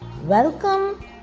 Welcome